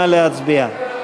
נא להצביע.